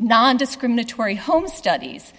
nondiscriminatory home studies